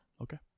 Okay